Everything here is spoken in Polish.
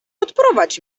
odprowadź